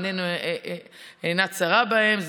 עינינו אינה צרה בהם,